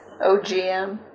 OGM